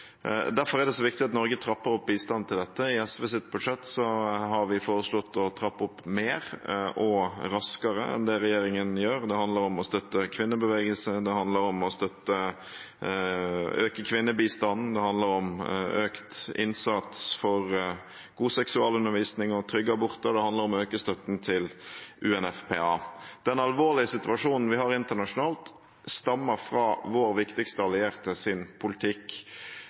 Derfor er det så viktig at Norge trapper opp bistanden til dette. I SVs budsjett har vi foreslått å trappe opp mer og raskere enn det regjeringen gjør. Det handler om å støtte kvinnebevegelsen, det handler om å øke kvinnebistanden, det handler om økt innsats for god seksualundervisning og trygge aborter, og det handler om å øke støtten til UNFPA. Den alvorlige situasjonen vi har internasjonalt, stammer fra vår viktigste alliertes politikk.